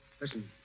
Listen